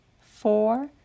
four